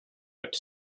but